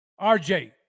RJ